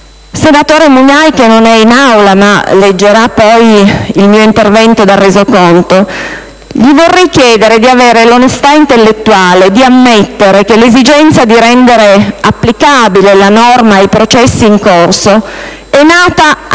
senatore Mugnai - che non è in Aula, ma leggerà poi il mio intervento nel Resoconto - vorrei chiedere di avere l'onestà intellettuale di ammettere che l'esigenza di rendere applicabile la norma ai processi in corso è nata anche per